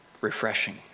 refreshing